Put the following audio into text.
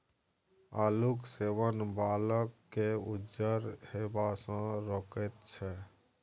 आलूक सेवन बालकेँ उज्जर हेबासँ रोकैत छै